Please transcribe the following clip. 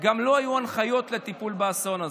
גם לא היו הנחיות לטיפול באסון הזה.